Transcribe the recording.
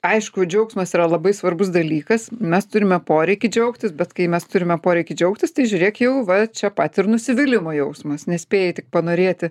aišku džiaugsmas yra labai svarbus dalykas mes turime poreikį džiaugtis bet kai mes turime poreikį džiaugtis tai žiūrėk jau va čia pat ir nusivylimo jausmas nespėji tik panorėti